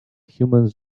humans